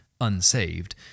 unsaved